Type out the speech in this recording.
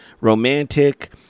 romantic